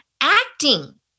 acting